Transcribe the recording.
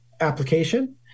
application